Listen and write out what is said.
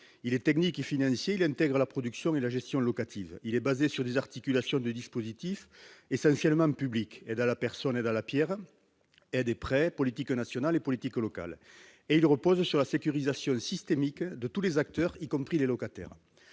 il est technique et financier, il intègre la production et la gestion locative, il est basé sur les articulations du dispositif et ça, c'est le même public, aide à la personne et dans la Pierre et des prêts politique nationale et politique local et il repose sur la sécurisation systémique de tous les acteurs, y compris les locataires,